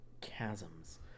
chasms